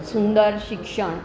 સુંદર શિક્ષણ